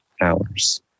hours